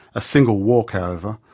a single walk, however,